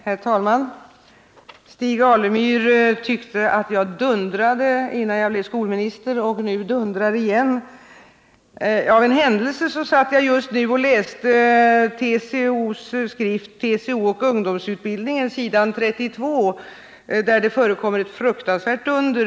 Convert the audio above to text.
Herr talman! Stig Alemyr sade att han tyckte att jag var ute och dundrade innan jag blev skolminister och att jag nu är ute och dundrar igen. Av en händelse läste jag just nu TCO:s skrift TCO och ungdomsutbildningen. Där förekommer det på s. 32 ett fruktansvärt dunder.